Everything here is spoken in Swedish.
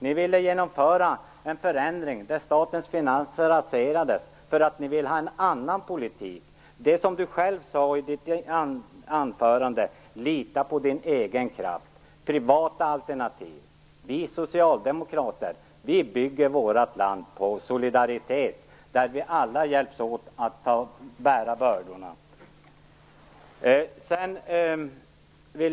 Ni ville genomföra en förändring där statens finanser skulle raseras därför att ni ville ha en annan politik. Det är så som Margit Gennser sade i sitt anförande: Lita på din egen kraft - privata alternativ! Vi socialdemokrater bygger vårt land på en solidaritet, där vi alla hjälps åt att bära bördorna.